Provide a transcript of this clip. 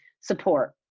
support